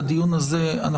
לדיון הזה,